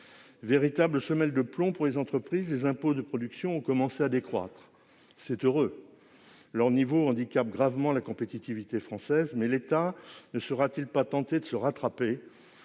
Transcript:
Véritables semelles de plomb pour les entreprises, les impôts de production ont commencé à décroître. C'est heureux ! Leur niveau handicape gravement la compétitivité française. Mais l'État ne sera-t-il pas tenté de se rattraper,